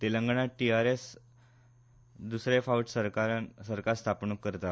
तेलंगणात टीआरएस दूसरे फावट सरकार स्थापणूक करता